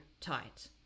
tight